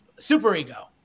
superego